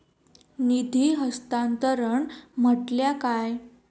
निधी हस्तांतरण म्हटल्या काय?